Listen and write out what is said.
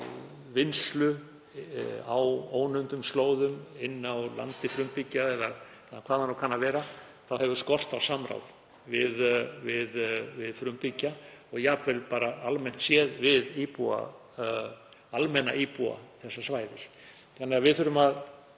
vinnslu á ónumdum slóðum, inni á landi frumbyggja eða hvað það nú kann að vera, þá hefur skort á samráð við frumbyggja og jafnvel almennt séð við almenna íbúa þessa svæðis. Við þurfum að